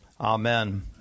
amen